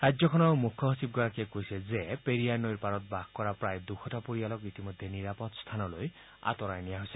ৰাজ্যখনৰ মুখ্য সচিবগৰাকীয়ে কৈছে যে পেৰীয়াৰ নৈৰ পাৰত বাস কৰা প্ৰায় দুশটা পৰিয়ালক ইতিমধ্যে নিৰাপদ স্থানলৈ আঁতৰাই নিয়া হৈছে